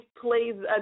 plays